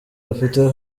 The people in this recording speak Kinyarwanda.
bafite